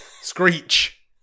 Screech